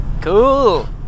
cool